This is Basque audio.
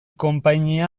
konpainia